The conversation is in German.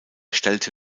stellte